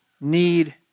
need